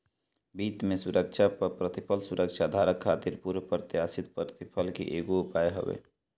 वित्त में सुरक्षा पअ प्रतिफल सुरक्षाधारक खातिर पूर्व प्रत्याशित प्रतिफल के एगो उपाय हवे